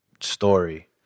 story